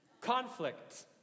conflict